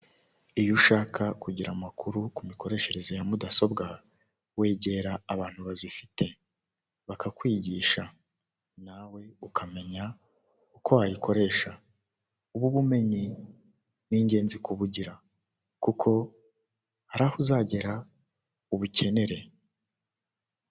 Amafaranga y'amanyamahanga yo mu gihugu cy'ubuhinde yo muri banki rizavu y'ubuhinde, ikaba ari amafaranga magana cyenda afite ishusho ya mahati magandi.